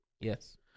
Yes